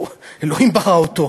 אלוהים ברא אותו.